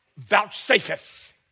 vouchsafeth